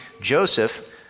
Joseph